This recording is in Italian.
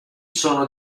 sono